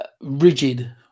rigid